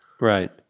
Right